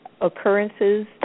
occurrences